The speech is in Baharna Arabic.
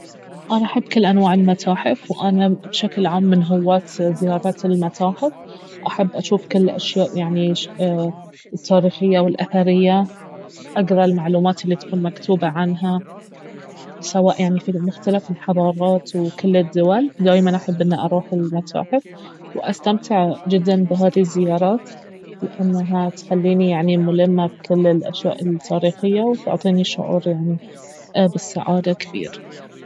انا احب كل أنواع المتاحف وانا بشكل عام من هواة زيارة المتاحف احب اجوف كل الأشياء يعني التاريخية والاثرية واقرا المعلومات الي تكون مكتوبة عنها سواء يعني في مختلف الحضارات وكل الدول دايما احب اني اروح المتاحف واستمتع جدا بهذي الزيارات لانها تخليني يعني ملمة بكل الاشياء التاريخية وتعطيني يعني شعور بالسعادة كبير